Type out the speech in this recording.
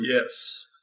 Yes